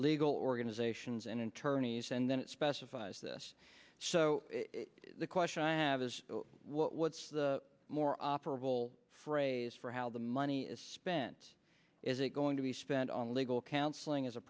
legal organizations and in turn each and then it specifies this so the question i have is what's the more operable phrase for how the money is spent is it going to be spent on legal counseling as a